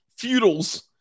feudals